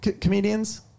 comedians